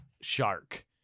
shark